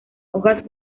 hojas